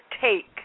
take